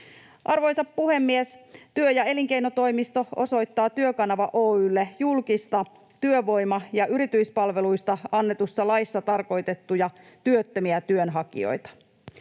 Arvoisa puhemies! Työ‑ ja elinkeinotoimisto osoittaa Työkanava Oy:lle julkisista työvoima‑ ja yrityspalveluista annetussa laissa tarkoitettuja työttömiä työnhakijoita.